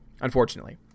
Unfortunately